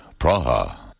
Praha